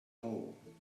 hole